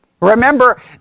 Remember